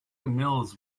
mills